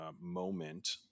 moment